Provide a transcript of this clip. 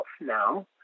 now